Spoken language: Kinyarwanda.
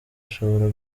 ashobora